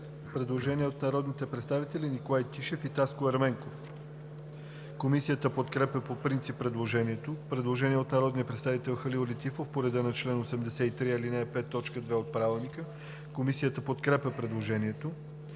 предложение от народните представители Николай Тишев и Таско Ерменков. Комисията подкрепя по принцип предложението. Предложение от народния представител Халил Летифов по реда на чл. 83, ал. 5, т. 2 от Правилника. Комисията подкрепя предложението.